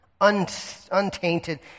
untainted